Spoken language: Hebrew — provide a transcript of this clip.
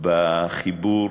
בחיבור